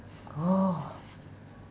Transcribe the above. oh